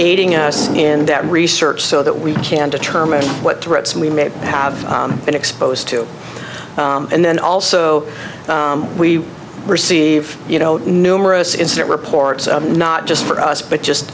aiding as in that research so that we can determine what threats we may have been exposed to and then also we receive you know numerous incident reports not just for us but just